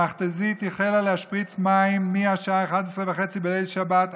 המכת"זית החלה להשפריץ מים מהשעה 23:30 בליל שבת,